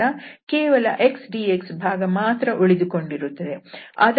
ಕೇವಲ xdx ಭಾಗ ಮಾತ್ರ ಉಳಿದುಕೊಂಡಿರುತ್ತದೆ